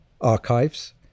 archives